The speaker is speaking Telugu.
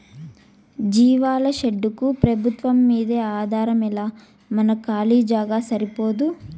జీవాల షెడ్డుకు పెబుత్వంమ్మీదే ఆధారమేలా మన కాలీ జాగా సరిపోదూ